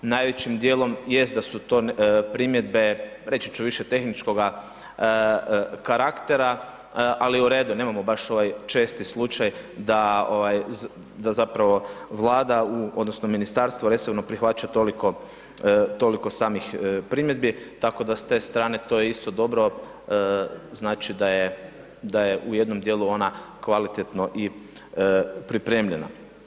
Najvećim dijelom jest da su to primjedbe, reći ću više tehničkoga karaktera, ali u redu, nemamo baš ovaj česti slučaj da ovaj, da zapravo Vlada odnosno Ministarstvo resorno prihvaća toliko, toliko samih primjedbi, tako da s te strane to je isto dobro, znači da je u jednom dijelu ona kvalitetno i pripremljena.